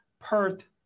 Perth